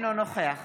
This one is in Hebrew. אינו נוכח